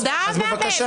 לא.